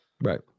right